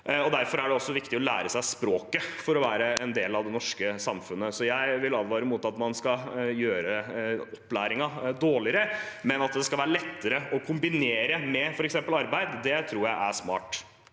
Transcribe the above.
Derfor er det også viktig å lære seg språket, for å være en del av det norske samfunnet. Så jeg vil advare mot at man skal gjøre opplæringen dårligere, men at det skal være lettere å kombinere med f.eks. arbeid, tror jeg er smart.